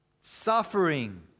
Suffering